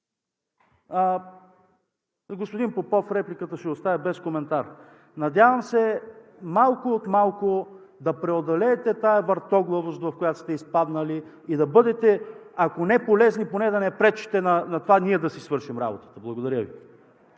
господин Попов ще оставя без коментар. Надявам се малко от малко да преодолеете тази въртоглавост, в която сте изпаднали, и да бъдете ако не полезни, поне да не ни пречите да си свършим работата. Благодаря Ви.